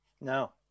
No